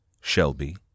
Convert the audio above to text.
Shelby